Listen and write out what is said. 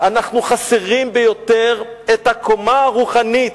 אנחנו חסרים ביותר את הקומה הרוחנית,